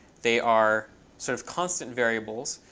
they are sort of constant variables.